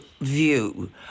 view